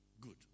good